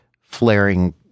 flaring